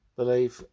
believe